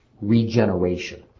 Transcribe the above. regeneration